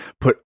put